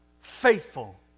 faithful